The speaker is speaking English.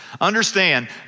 Understand